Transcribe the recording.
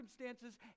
circumstances